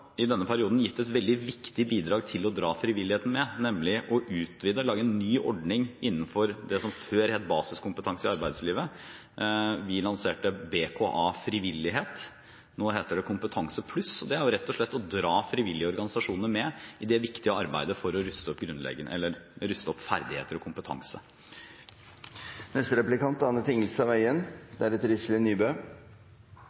i denne perioden har gitt et veldig viktig bidrag til å dra frivilligheten med, nemlig ved å lage en ny ordning innenfor det som før het Basiskompetanse i arbeidslivet, vi lanserte BKF, Basiskompetanse i frivilligheten. Nå heter det Kompetanset. Det er rett og slett å dra frivillige organisasjoner med i det viktige arbeidet for å ruste opp ferdigheter og kompetanse.